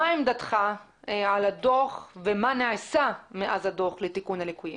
מה עמדתך על הדוח ומה נעשה מאז הדוח לתיקון הליקויים?